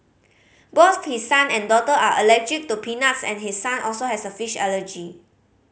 both his son and daughter are allergic to peanuts and his son also has a fish allergy